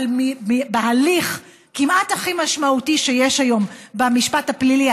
אבל בהליך כמעט הכי משמעותי שיש היום במשפט הפלילי,